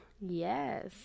Yes